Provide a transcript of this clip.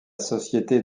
société